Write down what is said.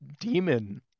demon